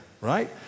right